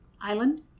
island